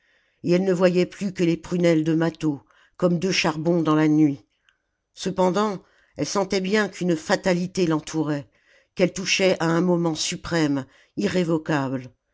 et elle ne voyait plus que les prunelles de mâtho comme deux charbons dans la nuit cependant elle sentait bien qu'une fatalité l'entourait qu'elle touchait à un moment suprême irrévocable